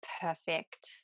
perfect